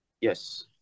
Yes